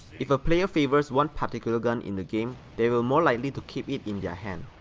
if a player favors one particular gun in the game, they will more likely to keep it in their hand.